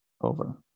over